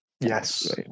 Yes